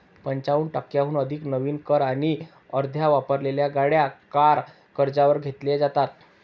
पंचावन्न टक्क्यांहून अधिक नवीन कार आणि अर्ध्या वापरलेल्या गाड्या कार कर्जावर घेतल्या जातात